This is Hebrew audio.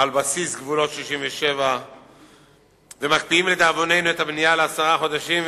על בסיס גבולות 67'. ומקפיאים לדאבוננו את הבנייה לעשרה חודשים,